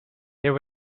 there